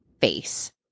face